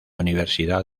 universidad